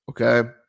Okay